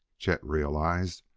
chet realized,